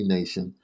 Nation